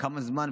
כמה זמן,